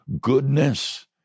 Goodness